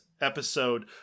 episode